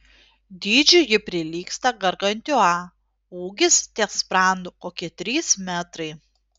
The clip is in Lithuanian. dydžiu ji prilygsta gargantiua ūgis ties sprandu kokie trys metrai